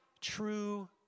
true